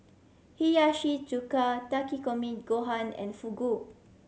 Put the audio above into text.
Hiyashi Chuka Takikomi Gohan and Fugu